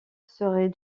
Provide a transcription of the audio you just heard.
serait